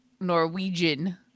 Norwegian